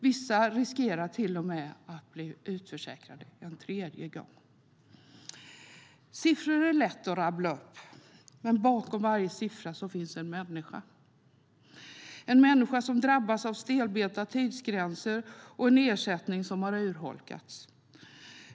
Vissa riskerar till och med att bli utförsäkrade en tredje gång. Siffror är det lätt att rabbla upp, men bakom varje siffra finns en människa - en människa som har drabbats av stelbenta tidsgränser och en ersättning som har urholkats.